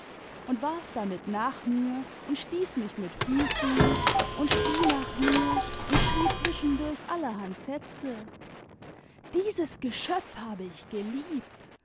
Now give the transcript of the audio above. und warf damit nach mir und stieß mich mit füßen und spie nach mir und schrie zwischendurch allerhand sätze dieses geschöpf habe ich geliebt